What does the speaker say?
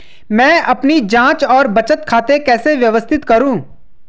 मैं अपनी जांच और बचत खाते कैसे व्यवस्थित करूँ?